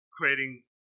creating